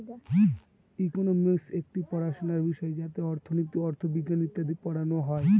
economics একটি পড়াশোনার বিষয় যাতে অর্থনীতি, অথবিজ্ঞান ইত্যাদি পড়ানো হয়